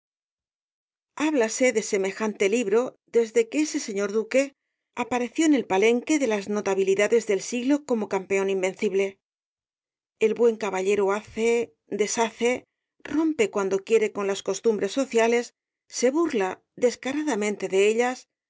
hablase de semejante libro desde que ese señor duque apareció en el palenque de las notabilidades del siglo como campeón invencible el buen caballero hace deshace rompe cuando quiere con las costumbres sociales se burla descaradamente de ellas